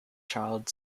child